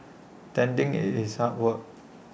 tending IT is hard work